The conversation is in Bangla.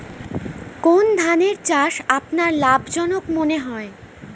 কোন ধানের চাষ আপনার লাভজনক মনে হয়?